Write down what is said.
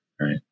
right